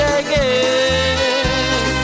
again